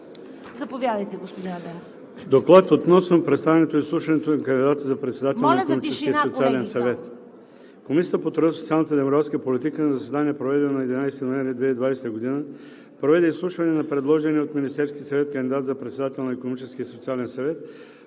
ДОКЛАДЧИК ХАСАН АДЕМОВ: „ДОКЛАД относно представянето и изслушването на кандидата за председател на Икономическия и социален съвет. Комисията по труда, социалната и демографската политика на заседание, проведено на 11 ноември 2020 г., проведе изслушване на предложения от Министерския съвет кандидат за председател на Икономическия и социален съвет